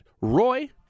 roy